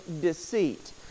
deceit